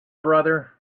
brother